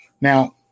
Now